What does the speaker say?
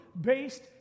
based